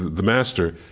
the master,